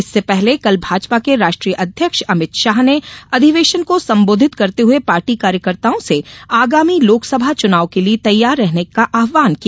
इससे पहले कल भाजपा के राष्ट्रीय अध्यक्ष अमित शाह ने अधिवेशन को संबोधित करते हए पार्टी कार्यकर्ताओं से आगामी लोकसभा चुनाव के लिए तैयार रहने का आह्वान किया